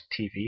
TV